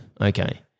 Okay